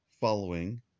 following